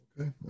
Okay